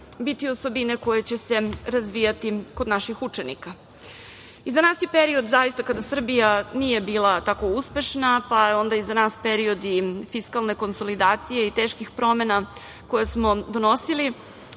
biti osobine koje će se razvijati kod naših učenika. Iza nas je period kada Srbija nije bila tako uspešna, pa je onda iza nas i period fiskalne konsolidacije i teških promena koje smo donosili.